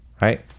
Right